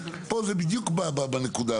פה זה בדיוק בנקודה.